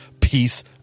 peace